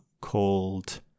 called